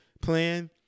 plan